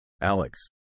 Alex